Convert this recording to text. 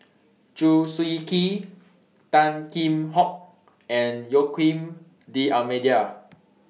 Chew Swee Kee Tan Kheam Hock and Joaquim D'almeida